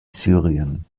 syrien